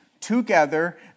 together